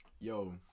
yo